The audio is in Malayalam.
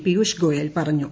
പിയുഷ് ഗോയൽ പറഞ്ഞു